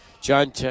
John